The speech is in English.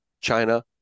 China